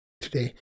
today